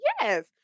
Yes